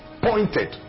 pointed